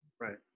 Right